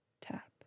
tap